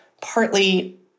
partly